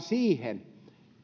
siihen